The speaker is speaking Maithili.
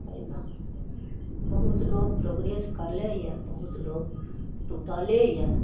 एहिमे बहुत लोक प्रोग्रेस करलैए बहुत लोक टुटले यऽ